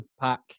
pack